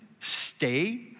Stay